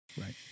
Right